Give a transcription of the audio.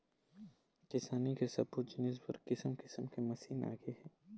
किसानी के सब्बो जिनिस बर किसम किसम के मसीन आगे हे